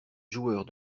joueurs